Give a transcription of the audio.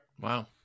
wow